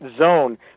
zone